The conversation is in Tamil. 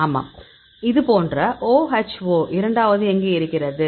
ஆமாம் இதுபோன்ற OHO இரண்டாவது இங்கே இருக்கிறதா